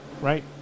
right